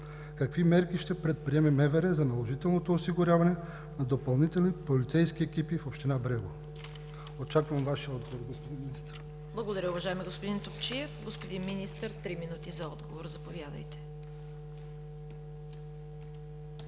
Какви мерки ще предприеме МВР за наложителното осигуряване на допълнителни полицейски екипи в община Брегово? Очаквам Вашия отговор, господин Министър. ПРЕДСЕДАТЕЛ ЦВЕТА КАРАЯНЧЕВА: Благодаря, уважаеми господин Топчиев. Господин Министър – три минути за отговор, заповядайте.